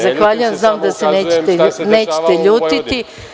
Zahvaljujem, znam da se nećete ljutiti.